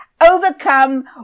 overcome